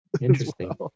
Interesting